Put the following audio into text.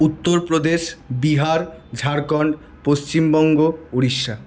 Uttar Pradesh Bihar Jharkhand Paschimbanga Orissa